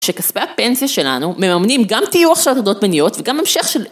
שכספי הפנסיה שלנו מממנים גם טיוח של הטרדות מיניות וגם המשך של